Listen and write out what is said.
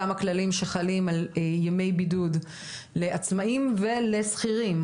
אותם הכללים שחלים על ימי בידוד לעצמאיים ולשכירים,